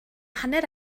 hanner